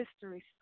history